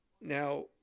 Now